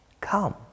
Come